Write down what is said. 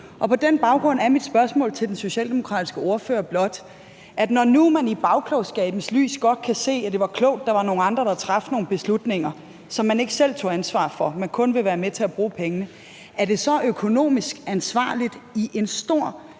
På den baggrund er mit spørgsmål til den socialdemokratiske ordfører blot: Når nu man i bagklogskabens lys godt kan se, at det var klogt, at der var nogle andre, der traf nogle beslutninger – som man ikke selv tog ansvar for, men hvor man kun ville være med til at bruge pengene – er det så økonomisk ansvarligt i en stor